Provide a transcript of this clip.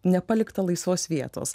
nepalikta laisvos vietos